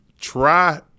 Try